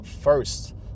first